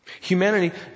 Humanity